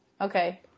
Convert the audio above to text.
Okay